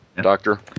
doctor